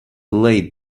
laid